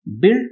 Build